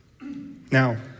Now